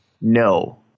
No